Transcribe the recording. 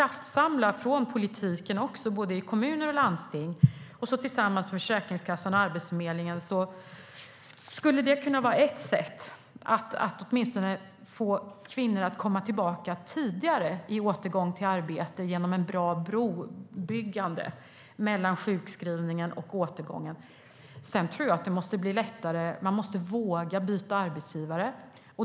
Om man kraftsamlade mer från politiken både i kommuner och landsting och arbetade tillsammans med Försäkringskassan och Arbetsförmedlingen skulle det kunna vara ett sätt att få kvinnor att komma tillbaka tidigare i arbete, alltså att ha ett bra brobyggande mellan sjukskrivning och återgång i arbete. Sedan tror jag att man måste våga byta arbetsgivare.